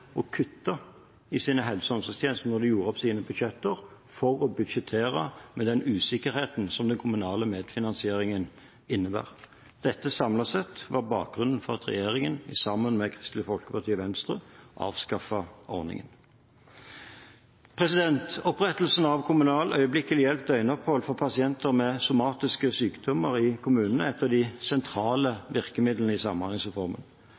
omsorgstjenester når de gjorde opp sine budsjetter for å budsjettere med den usikkerheten som den kommunale medfinansieringen innebar. Dette, samlet sett, var bakgrunnen for at regjeringen, sammen med Kristelig Folkeparti og Venstre, avskaffet ordningen. Opprettelsen av kommunalt øyeblikkelig hjelp døgnopphold for pasienter med somatiske sykdommer i kommunene er et av de sentrale virkemidlene i samhandlingsreformen.